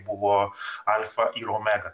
buvo alfa ir omega